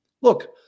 Look